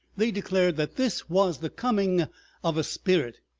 they declared that this was the coming of a spirit,